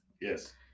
Yes